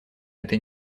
этой